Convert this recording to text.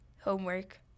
homework